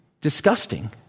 disgusting